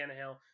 Tannehill